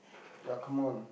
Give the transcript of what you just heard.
ya come on